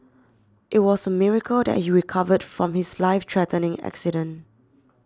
it was a miracle that he recovered from his life threatening accident